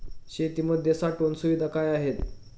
शेतीमध्ये साठवण सुविधा काय आहेत?